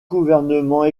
gouvernement